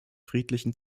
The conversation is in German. friedlichen